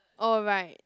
oh right